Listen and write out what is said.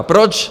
Proč?